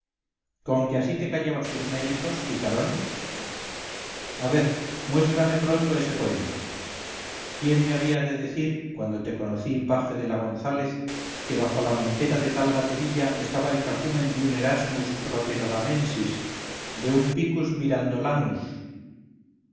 con que así te callabas tus méritos picarón a ver muéstrame pronto ese poema quién me había de decir cuando te conocí paje de la gonzález que bajo la montera de tal gaterilla estaba el cacumen de un erasmus rotterodamensis de un picus